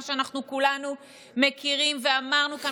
מה שאנחנו כולנו מכירים ואמרנו כאן